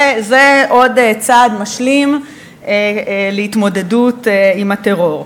זה עוד צעד משלים להתמודדות עם הטרור.